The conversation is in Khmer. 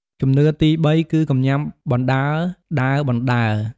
ជំនឿទីបី គឺកុំញ៉ាំបណ្ដើរ ដើរបណ្ដើរ។